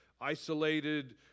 isolated